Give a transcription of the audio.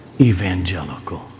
evangelical